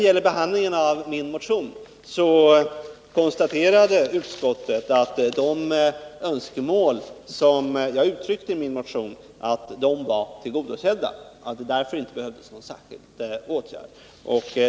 Vid behandlingen av min motion konstaterade arbetsmarknadsutskottet att de önskemål som jag uttryckte i den var tillgodosedda och att det därför inte behövdes någon särskild åtgärd.